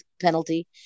penalty